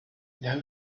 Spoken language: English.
know